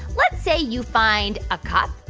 let's say you find a cup,